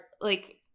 like-